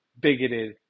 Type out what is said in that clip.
bigoted